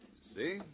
See